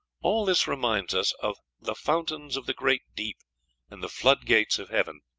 all this reminds us of the fountains of the great deep and the flood-gates of heaven,